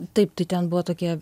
taip tai ten buvo tokie